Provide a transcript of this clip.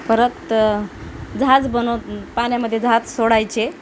परत जहाज बनव पाण्यामध्ये जहाज सोडायचे